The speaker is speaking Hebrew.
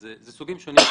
אלה סוגים שונים.